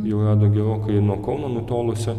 jau rado gerokai nuo kauno nutolusią